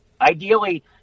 Ideally